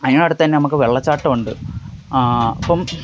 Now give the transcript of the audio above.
അതിനടുത്ത് തന്നെ നമുക്ക് വെള്ളച്ചാട്ടം ഉണ്ട് അപ്പോള്